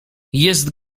jest